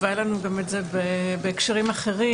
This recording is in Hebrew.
והיה לנו את זה גם בהקשרים אחרים,